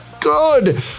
good